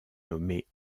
nommé